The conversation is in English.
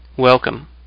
Welcome